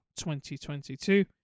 2022